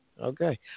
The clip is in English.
Okay